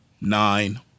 Nine